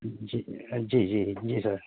جی جی جی جی سر